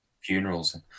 funerals